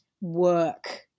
work